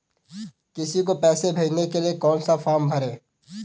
किसी को पैसे भेजने के लिए कौन सा फॉर्म भरें?